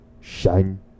shine